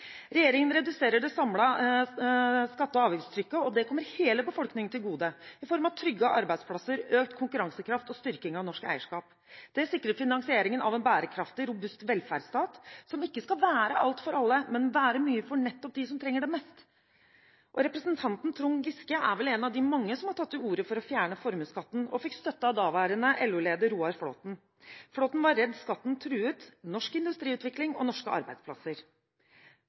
Regjeringen reduserer det samlede skatte- og avgiftstrykket, og det kommer hele befolkningen til gode i form av trygge arbeidsplasser, økt konkurransekraft og styrking av norsk eierskap. Det sikrer finansieringen av en bærekraftig, robust velferdsstat, som ikke skal være alt for alle, men som skal være mye nettopp for dem som trenger det mest. Representanten Trond Giske er vel en av de mange som har tatt til orde for å fjerne formuesskatten, og fikk støtte av daværende LO-leder Roar Flåthen. Flåthen var redd skatten truet norsk industriutvikling og norske arbeidsplasser.